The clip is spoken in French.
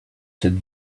cette